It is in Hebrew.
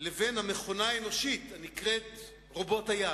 לבין המכונה האנושית הנקראת "רובוט היד",